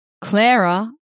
Clara